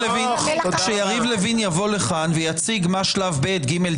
כשיריב לוין יבוא לכן ויציג מה השלבים הבאים,